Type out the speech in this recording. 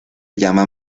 llama